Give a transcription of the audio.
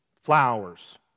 flowers